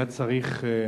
היה צריך כותרת,